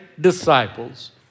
disciples